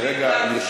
כרגע,